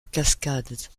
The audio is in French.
cascades